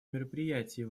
мероприятий